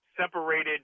separated